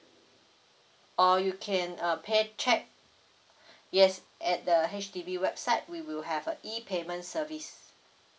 or you can uh pay cheque yes at the H_D_B website we will have a E payment service